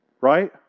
right